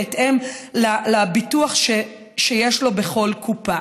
בהתאם לביטוח שיש לו בכל קופה.